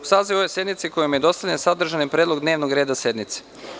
Uz saziv ove sednice koji vam je dostavljen sadržan je predlog dnevnog reda sednice.